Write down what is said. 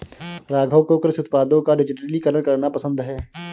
राघव को कृषि उत्पादों का डिजिटलीकरण करना पसंद है